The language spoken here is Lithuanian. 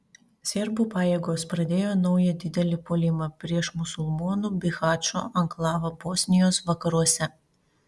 serbų pajėgos pradėjo naują didelį puolimą prieš musulmonų bihačo anklavą bosnijos vakaruose